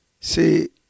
C'est